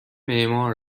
معمار